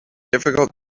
difficult